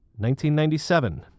1997